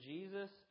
Jesus